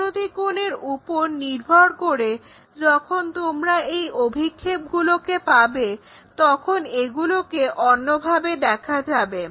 অবনতি কোণের উপর নির্ভর করে যখন তোমরা এই অভিক্ষেপগুলোকে পাবে তখন এগুলোকে অন্যভাবে দেখা যাবে